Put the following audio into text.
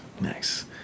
Nice